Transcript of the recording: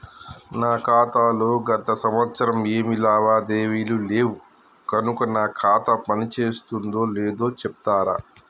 నా ఖాతా లో గత సంవత్సరం ఏమి లావాదేవీలు లేవు కనుక నా ఖాతా పని చేస్తుందో లేదో చెప్తరా?